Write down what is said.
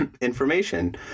information